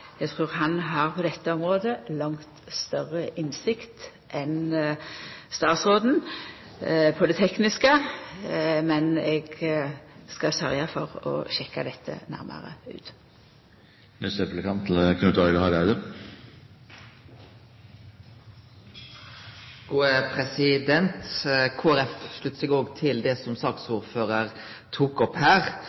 Eg trur han på dette området har langt større teknisk innsikt enn statsråden, men eg skal sørgja for å sjekka dette nærmare ut. Kristeleg Folkeparti sluttar seg òg til det som saksordføraren tok opp her.